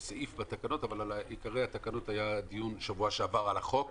שבוע שעבר היה דיון על החוק